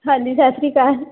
ਹਾਂਜੀ ਸਤਿ ਸ਼੍ਰੀ ਅਕਾਲ